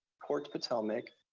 port potomac,